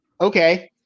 Okay